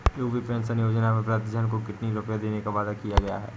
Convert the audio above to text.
UP pension योजना में वृद्धजन को कितनी रूपये देने का वादा किया गया है?